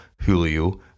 Julio